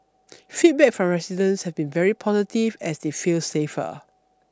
feedback from residents have been very positive as they feel safer